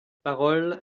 parole